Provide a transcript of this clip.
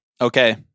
Okay